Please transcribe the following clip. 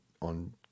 on